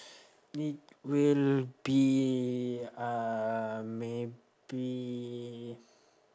it will be uh maybe